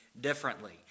differently